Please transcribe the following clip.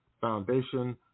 foundation